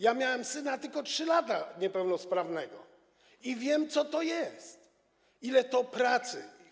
Ja miałem tylko 3 lata syna niepełnosprawnego i wiem, co to jest, ile to pracy.